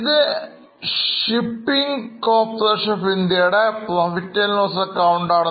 ഇത്Shipping corporation of ഇന്ത്യയുടെ Profit and Loss AC ആണ്